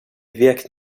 wirkt